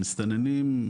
המסתננים,